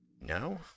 No